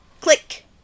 Click